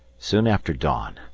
soon after dawn,